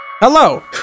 Hello